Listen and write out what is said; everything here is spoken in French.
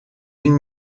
une